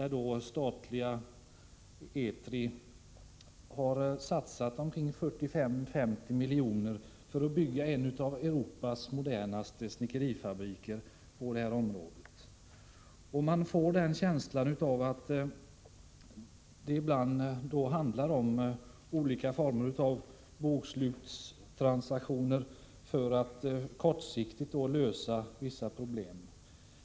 Statliga Etri har satsat omkring 45-50 milj.kr. för att bygga en av Europas modernaste snickerifabriker på fönstersnickeriområdet. Jag får en känsla av att det ibland handlar om olika former av bokslutstransaktioner för att kortsiktigt lösa vissa problem.